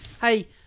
hey